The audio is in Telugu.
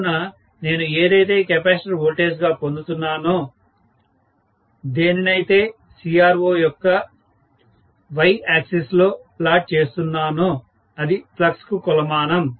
కావున నేను ఏదైతే కెపాసిటర్ వోల్టేజ్గా పొందుతున్నానో దేనినైతే CRO యొక్క Y ఆక్సిస్ లో ప్లాట్ చేస్తున్నానో అది ఫ్లక్స్ కు కొలమానం